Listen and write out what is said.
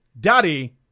Daddy